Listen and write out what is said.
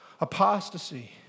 Apostasy